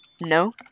no